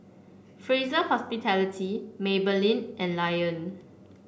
Fraser Hospitality Maybelline and Lion